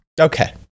Okay